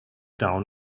down